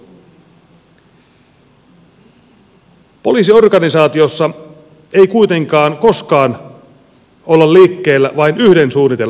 poliisiorganisaatiossa ei kuitenkaan koskaan olla liikkeellä vain yhden suunnitelman varassa